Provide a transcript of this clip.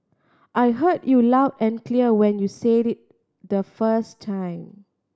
I heard you loud and clear when you said it the first time